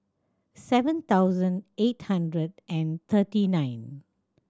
seven thousand eight hundred and thirty nine